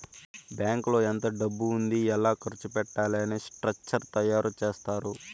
బ్యాంకులో ఎంత డబ్బు ఉంది ఎలా ఖర్చు పెట్టాలి అని స్ట్రక్చర్ తయారు చేత్తారు